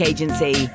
Agency